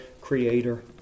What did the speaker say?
Creator